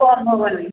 କମ ହେବନି